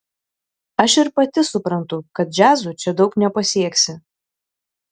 aš ir pati suprantu kad džiazu čia daug nepasieksi